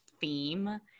theme